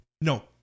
No